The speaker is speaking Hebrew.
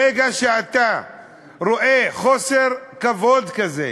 ברגע שאתה רואה חוסר כבוד כזה